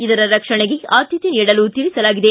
ಇದರ ರಕ್ಷಣೆಗೆ ಆದ್ದತೆ ನೀಡಲು ತಿಳಿಸಲಾಗಿದೆ